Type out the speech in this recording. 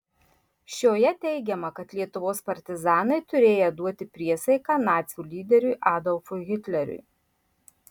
šioje teigiama kad lietuvos partizanai turėję duoti priesaiką nacių lyderiui adolfui hitleriui